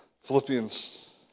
Philippians